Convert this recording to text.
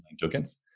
tokens